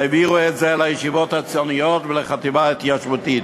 והעבירו את זה לישיבות הציוניות ולחטיבה ההתיישבותית.